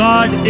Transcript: God